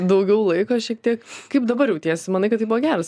daugiau laiko šiek tiek kaip dabar jautiesi manai kad tai buvo geras